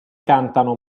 cantano